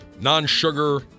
non-sugar